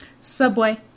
Subway